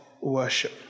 worship